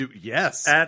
Yes